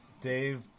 Dave